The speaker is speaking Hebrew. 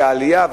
והעלייה,